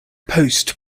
post